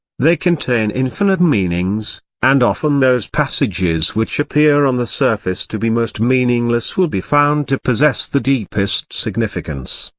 they contain infinite meanings and often those passages which appear on the surface to be most meaningless will be found to possess the deepest significance.